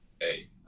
Hey